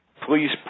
Please